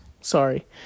sorry